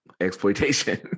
exploitation